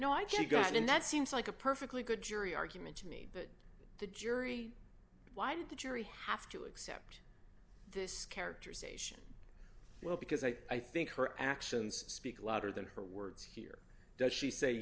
know i got in that seems like a perfectly good jury argument to me but the jury why did the jury have to accept this characterization well because i think her actions speak louder than her words here does she say